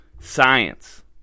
Science